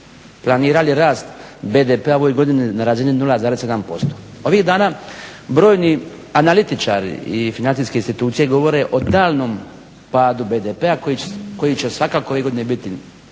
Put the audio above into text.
planirali rast BDP-a u ovoj godini na razini 0,7%. Ovih dana brojni analitičari i financijske institucije govore o daljnjem padu BDP-a koji će svakako ove godine biti